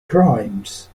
crimes